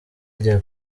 rya